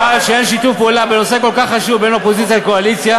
וחבל שאין שיתוף פעולה בנושא כל כך חשוב בין האופוזיציה לקואליציה,